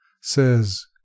says